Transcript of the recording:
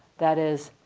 that is,